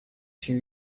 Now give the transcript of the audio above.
two